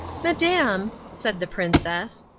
madam, said the princess,